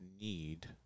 need